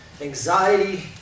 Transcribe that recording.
anxiety